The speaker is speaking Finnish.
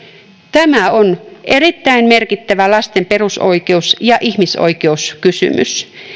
tämä on erittäin merkittävä lasten perusoikeus ja ihmisoikeuskysymys